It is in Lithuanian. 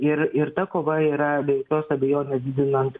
ir ir ta kova yra be jokios abejonės didinant